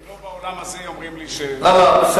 לא באולם הזה, אומרים לי, לא, בסדר.